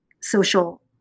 social